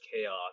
chaos